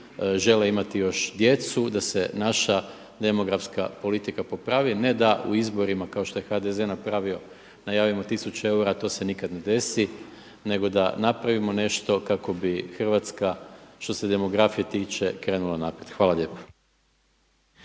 žele imati još djecu, da se naša demografska politika popravi, ne da u izborima kao što je HDZ napravio najavimo 1000 eura a to se nikada ne desi, nego da napravimo nešto kako bi Hrvatska što se demografije tiče krenula naprijed. Hvala lijepo.